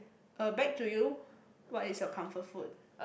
uh back to you what is your comfort food